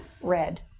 red